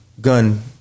gun